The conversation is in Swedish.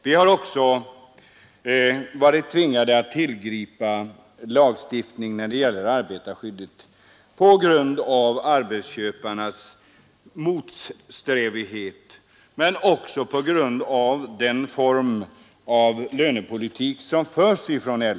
Vi har också när det gäller arbetarskyddet varit tvingade att tillgripa lagstiftning dels på grund av arbetsköparnas motsträvighet, dels på grund av den form av lönepolitik LO för.